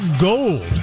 gold